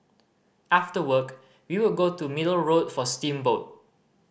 after work we would go to Middle Road for steamboat